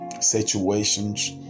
situations